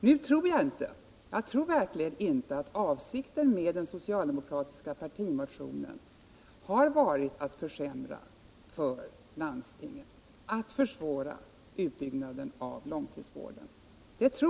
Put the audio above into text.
Nu tror jag verkligen inte att avsikten med den socialdemokratiska partimotionen har varit att försämra för landstingen, att försvåra utbyggnaden av långtidsvården.